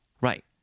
Right